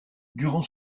durant